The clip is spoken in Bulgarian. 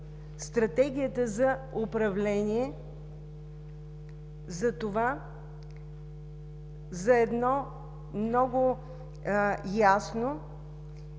Стратегията за управление, за едно много ясно